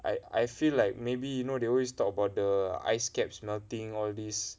I I feel like maybe you know they always talk about the ice caps melting all this